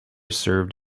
served